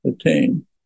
attain